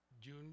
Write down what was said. June